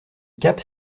cape